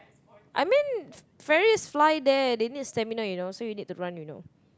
I mean very fly there so you need stamina you know so you need to run you know